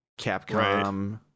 Capcom